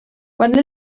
quan